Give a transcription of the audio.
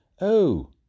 Oh